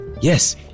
Yes